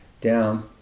down